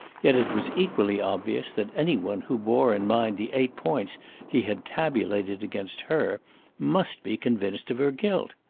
yet it was equally obvious that any one who bore in mind the eight points he had tabulated against her must be convinced of her guilt.